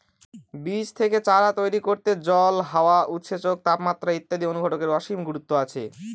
বীজ থেকে চারা তৈরি করতে জল, হাওয়া, উৎসেচক, তাপমাত্রা ইত্যাদি অনুঘটকের অসীম গুরুত্ব আছে